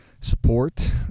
support